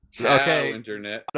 okay